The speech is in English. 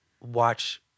watch